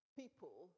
people